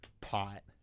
pot